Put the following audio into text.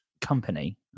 company